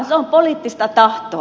se on poliittista tahtoa